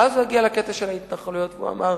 ואז הוא הגיע לקטע של ההתנחלויות והוא אמר: